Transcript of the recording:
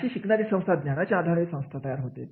अशी शिकणारी संस्था ज्ञानावर आधारित संस्था तयार होते